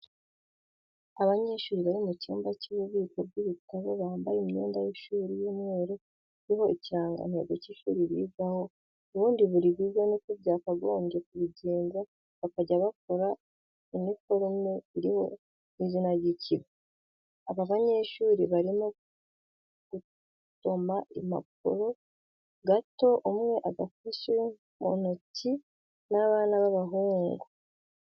Abanyeshuri bari mucyumba cyububiko bwibitabo bambaye imyenda y,ishuri yumweru iriho ikirangantego cy'ishuri bigaho ubundi buribigo niko byakagombye kubigenza bakajya bakora iniforume iriho nizina ryikigo. aba banyeshuri barimo gudoma agapapuro gato umwe agafashe muntoki nabana babahungu.